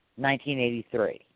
1983